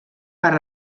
per